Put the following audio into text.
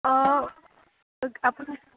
অঁ আপুনি